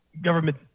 government